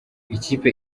ikipe